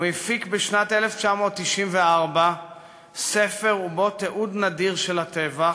הוא הפיק בשנת 1994 ספר ובו תיעוד נדיר של הטבח,